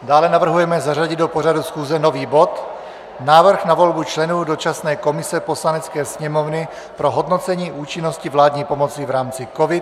dále navrhujeme zařadit do pořadu schůze nový bod: Návrh na volbu členů dočasné komise Poslanecké sněmovny pro hodnocení účinnosti vládní pomoci v rámci COVID.